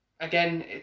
Again